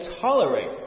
tolerate